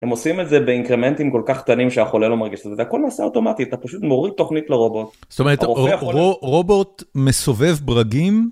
הם עושים את זה באינקרמנטים כל כך קטנים שהחולה לא מרגיש את זה, זה הכל נעשה אוטומטית, אתה פשוט מוריד תוכנית לרובוט. זאת אומרת, רובוט מסובב ברגים?